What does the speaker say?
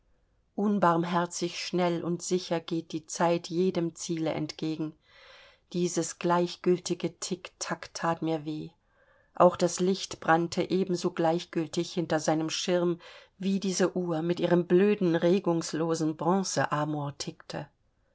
unbarmherzig schnell und sicher geht die zeit jedem ziele entgegen dieses gleichgültige tick tack that mir weh auch das licht brannte ebenso gleichgültig hinter seinem schirm wie diese uhr mit ihrem blöden regungslosen bronze amor tickte